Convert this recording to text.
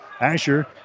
Asher